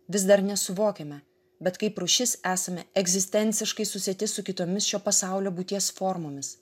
vis dar nesuvokiame bet kaip rūšis esame egzistenciškai susieti su kitomis šio pasaulio būties formomis